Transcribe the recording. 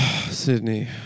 Sydney